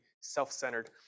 self-centered